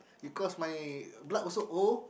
because my blood also O